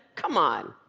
come on.